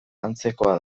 antzekoa